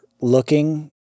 looking